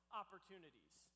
opportunities